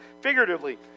figuratively